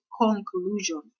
conclusion